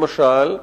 למשל,